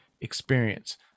experience